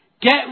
get